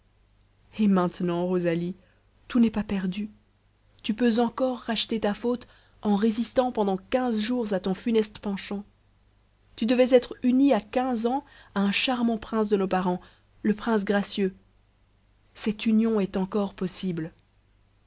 et maintenant rosalie tout n'est pas perdu tu peux encore racheter ta faute en résistant pendant quinze jours à ton funeste penchant tu devais être unie à quinze ans à un charmant prince de nos parents le prince gracieux cette union est encore possible